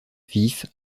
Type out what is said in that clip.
vif